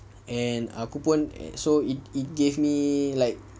and aku pun so it it gave me like